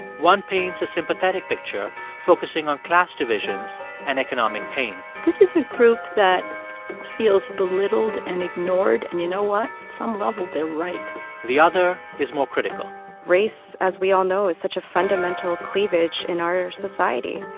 one paints a sympathetic picture, focusing on class divisions and economic pain this is a group that feels belittled and ignored. and you know what? at some level, they're right the other is more critical race, as we all know, is such a fundamental cleavage in our society.